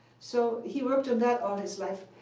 so he worked on that all his life.